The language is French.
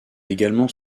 également